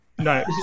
no